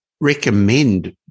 recommend